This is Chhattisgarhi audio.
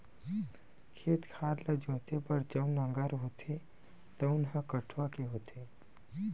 खेत खार ल जोते बर जउन नांगर होथे तउन ह कठवा के होथे